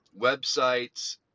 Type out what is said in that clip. websites